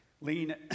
lean